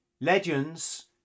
Legends